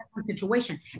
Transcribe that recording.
situation